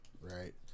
Right